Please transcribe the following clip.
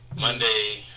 Monday